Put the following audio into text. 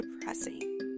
depressing